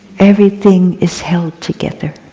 everything is held together.